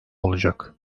olacak